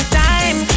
time